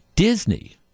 Disney